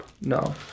No